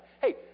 Hey